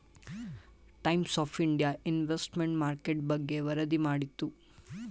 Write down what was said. times of India investment market ಬಗ್ಗೆ ವರದಿ ಮಾಡಿತು